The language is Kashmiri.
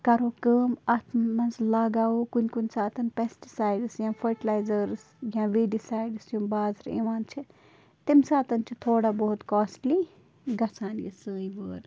کَرو کٲم اَتھ منٛز لَگاوو کُنہِ کُنہِ ساتَن پٮ۪سٹٕسایڈٕس یا فٕٹلایزٲرٕس یا وِڈِسایڈٕس یِم بازرٕ یِوان چھِ تَمہِ ساتَن چھِ تھوڑا بہت کاسٹلی گژھان یہِ سٲنۍ وٲر